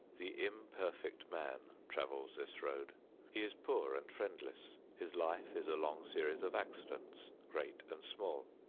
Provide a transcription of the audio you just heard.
the imperfect man travels this road he is poor and friendless his life is a long series of accidents great and small.